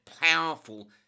powerful